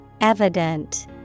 evident